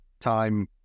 time